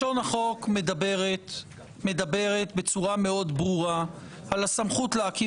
לשון החוק מדברת בצורה מאוד ברורה על הסמכות להקים